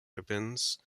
ribbons